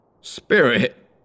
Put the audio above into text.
Spirit